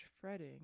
fretting